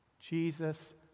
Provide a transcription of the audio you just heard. Jesus